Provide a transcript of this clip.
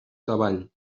savall